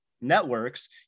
networks